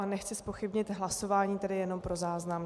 Nechci zpochybnit hlasování, tedy jenom pro záznam.